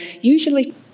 usually